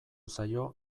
zaio